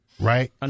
Right